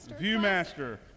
Viewmaster